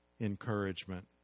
encouragement